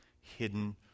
hidden